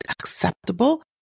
acceptable